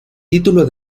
título